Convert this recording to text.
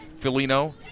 Filino